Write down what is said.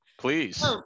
please